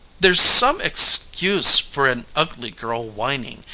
there's some excuse for an ugly girl whining.